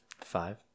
Five